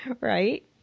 Right